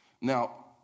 Now